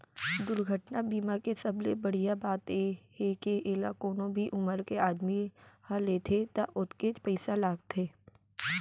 दुरघटना बीमा के सबले बड़िहा बात ए हे के एला कोनो भी उमर के आदमी ह लेथे त ओतकेच पइसा लागथे